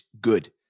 good